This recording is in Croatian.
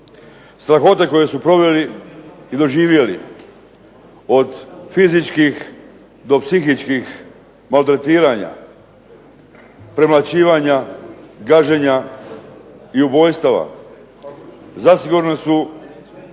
Strahote koje su proveli i doživjeli od psihičkih do fizičkih maltretiranja, premlaćivanja, gaženja i ubojstava, zasigurno su